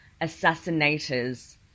Assassinators